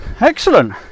Excellent